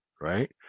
right